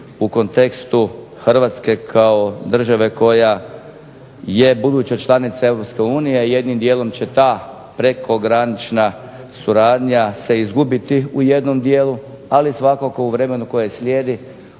u kontekstu Hrvatske kao države koja je buduća članica EU, jednim dijelom će ta prekogranična suradnja se izgubiti u jednom dijelu, ali svakako u vremenu koje slijedi